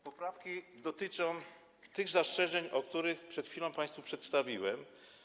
Poprawki dotyczą tych zastrzeżeń, które przed chwilą państwu przedstawiłem.